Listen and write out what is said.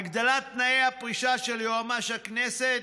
הגדלת תנאי הפרישה של יועמ"ש הכנסת,